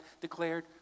declared